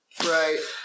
Right